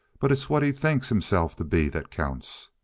but it's what he thinks himself to be that counts.